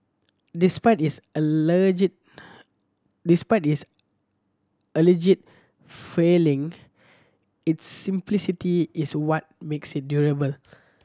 despite its despite its alleged failing its simplicity is what makes it durable